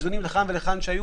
איזונים לכאן ולכאן.